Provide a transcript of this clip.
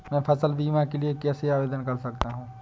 मैं फसल बीमा के लिए कैसे आवेदन कर सकता हूँ?